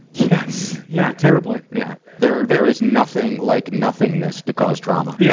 yes. yeah, terribly. yeah there, there is nothing like nothingness to cause trauma. yeah